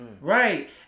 Right